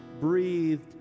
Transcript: breathed